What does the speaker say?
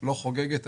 לא חוגגת,